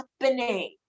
happening